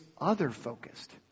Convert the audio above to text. other-focused